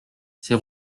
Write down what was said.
c’est